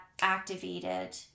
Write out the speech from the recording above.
activated